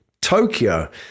Tokyo